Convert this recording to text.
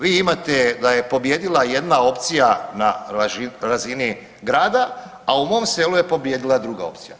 Vi imate da je pobijedila jedna opcija na razini grada, a u mom selu je pobijedila druga opcija.